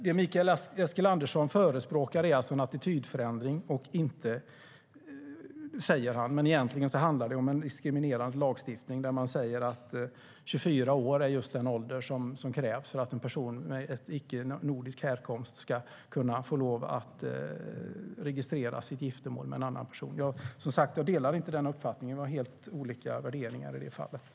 Det Mikael Eskilandersson förespråkar är en attitydförändring, säger han. Men egentligen handlar det om diskriminerande lagstiftning där man säger att 24 år är den ålder som krävs för att en person med icke-nordisk härkomst ska få lov att registrera sitt giftermål med en annan person. Som sagt, jag delar inte den uppfattningen. Vi har helt olika värderingar i det fallet.